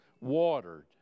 watered